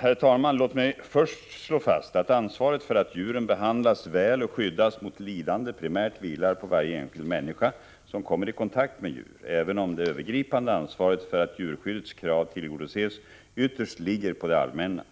Herr talman! Låt mig först slå fast att ansvaret för att djuren behandlas väl och skyddas mot lidande primärt vilar på varje enskild människa som kommer i kontakt med djur, även om det övergripande ansvaret för att djurskyddets krav tillgodoses ytterst ligger på det allmänna.